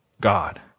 God